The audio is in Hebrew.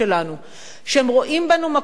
שהם רואים בנו מקום פתוח,